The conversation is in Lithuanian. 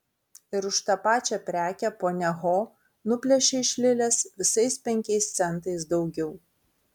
ir už tą pačią prekę ponia ho nuplėšė iš lilės visais penkiais centais daugiau